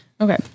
Okay